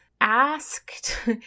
asked